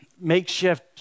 makeshift